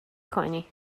کنی